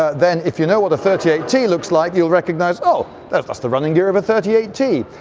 ah then if you know what a thirty eight t looks like you'll recognise, oh, that's just the running gear of a thirty eight t.